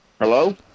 Hello